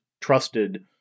trusted